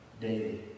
daily